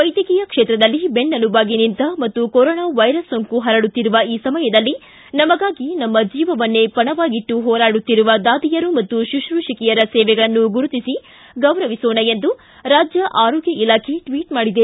ವೈದ್ಯಕೀಯ ಕ್ಷೇತ್ರದಲ್ಲಿ ಬೆನ್ನೆಲುಬಾಗಿ ನಿಂತ ಮತ್ತು ಕೊರೋನಾ ವೈರಸ್ ಸೋಂಕು ಪರಡುತ್ತಿರುವ ಈ ಸಮಯದಲ್ಲಿ ನಮಗಾಗಿ ತಮ್ಮ ಜೀವವನ್ನು ಪಣವಾಗಿಟ್ಟು ಹೋರಾಡುತ್ತಿರುವ ದಾದಿಯರು ಮತ್ತು ಶುತ್ರೂಷಕಿಯರ ಸೇವೆಗಳನ್ನು ಗುರುತಿಸಿ ಗೌರವಿಸೋಣ ಎಂದು ರಾಜ್ಯ ಆರೋಗ್ಯ ಇಲಾಖೆ ಟ್ವಿಟ್ ಮಾಡಿದೆ